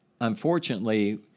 Unfortunately